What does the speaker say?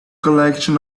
collection